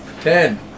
Ten